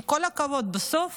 עם כל הכבוד, בסוף